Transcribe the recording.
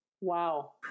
Wow